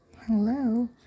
Hello